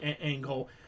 angle